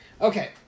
Okay